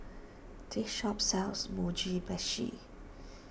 this shop sells Mugi Meshi